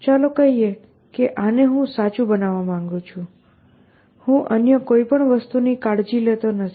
ચાલો આપણે કહીએ કે આને હું સાચું બનવા માંગું છું હું અન્ય કોઇપણ વસ્તુની કાળજી લેતો નથી